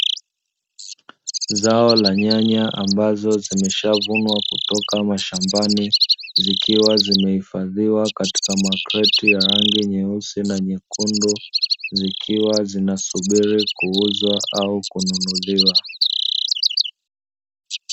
Zao la nyanya ambazo zimeshavunwa kutoka mashambani, zikiwa zimeifadhiwa katika makreti ya rangi nyeusi na nyekundu, zikiwa zinasubiri kuuzwa au kununuliwa.